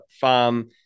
farm